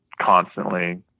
constantly